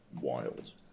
wild